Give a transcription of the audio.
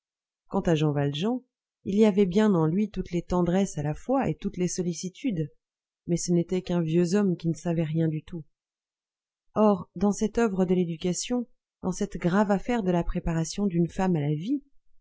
quant à jean valjean il y avait bien en lui toutes les tendresses à la fois et toutes les sollicitudes mais ce n'était qu'un vieux homme qui ne savait rien du tout or dans cette oeuvre de l'éducation dans cette grave affaire de la préparation d'une femme à la vie